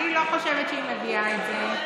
אני לא חושבת שהיא מביאה את זה.